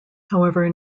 however